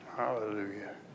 Hallelujah